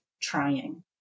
trying